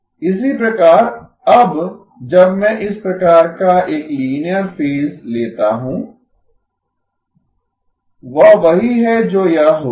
इसी प्रकार अब जब मैं इस प्रकार का एक लीनियर फेज लेता हूं वह वही है जो यह होगा